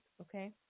okay